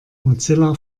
mozilla